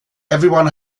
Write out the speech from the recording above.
everyone